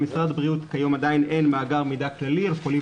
למשרד הבריאות כיום עדיין אין מאגר מידע כללי על חולים